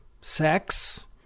sex